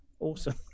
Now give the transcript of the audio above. awesome